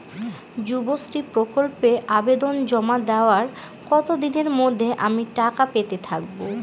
যুবশ্রী প্রকল্পে আবেদন জমা দেওয়ার কতদিনের মধ্যে আমি টাকা পেতে থাকব?